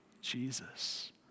Jesus